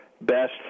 best